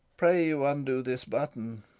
pray you undo this button